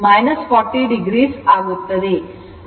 14 ಕೋನ 40o ಆಗುತ್ತದೆ